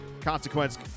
consequence